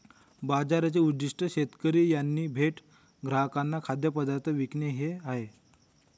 बाजाराचे उद्दीष्ट शेतकरी यांनी थेट ग्राहकांना खाद्यपदार्थ विकणे हे आहे